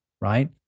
right